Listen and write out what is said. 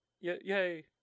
Yay